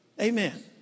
Amen